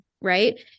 right